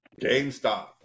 GameStop